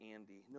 Andy